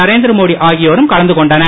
நரேந்திரமோடி ஆகியோரும் கலந்து கொண்டனர்